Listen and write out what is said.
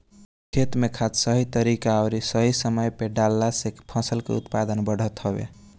खेत में खाद सही तरीका अउरी सही समय पे डालला से फसल के उत्पादन बढ़त हवे